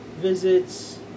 visits